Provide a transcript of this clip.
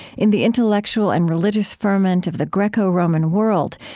in the intellectual and religious ferment of the greco-roman world,